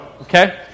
okay